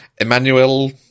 Emmanuel